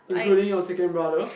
including your second brother